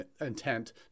intent